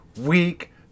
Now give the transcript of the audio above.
week